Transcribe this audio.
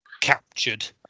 captured